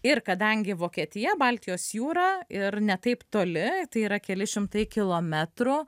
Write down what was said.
ir kadangi vokietija baltijos jūra ir ne taip toli tai yra keli šimtai kilometrų